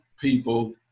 people